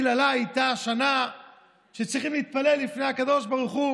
קללה הייתה השנה שצריכים להתפלל לפני הקדוש ברוך הוא